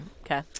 Okay